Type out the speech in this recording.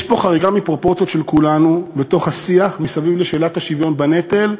יש פה חריגה מפרופורציות של כולנו בתוך השיח סביב שאלת השוויון בנטל,